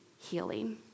healing